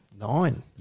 Nine